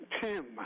Tim